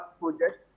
project